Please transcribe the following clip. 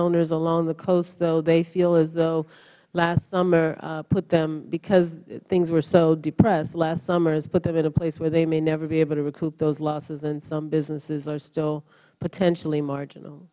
owners along the coast though they feel as though last summer put them because things were so depressed last summer has put them in a place where they may never be able to recoup those losses and some businesses are still potentially marginal